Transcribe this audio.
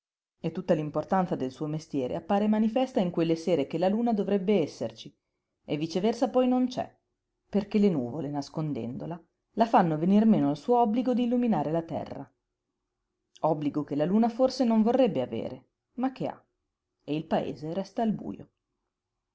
e tutta l'importanza del suo mestiere appare manifesta in quelle sere che la luna dovrebbe esserci e viceversa poi non c'è perché le nuvole nascondendola la fanno venir meno al suo obbligo di illuminare la terra obbligo che la luna forse non vorrebbe avere ma che ha e il paese resta al bujo